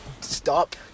stop